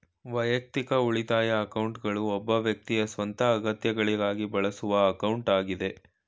ವೈಯಕ್ತಿಕ ಉಳಿತಾಯ ಅಕೌಂಟ್ಗಳು ಒಬ್ಬ ವ್ಯಕ್ತಿಯ ಸ್ವಂತ ಅಗತ್ಯಗಳಿಗಾಗಿ ಬಳಸುವ ಅಕೌಂಟ್ ಆಗೈತೆ